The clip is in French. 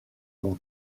mon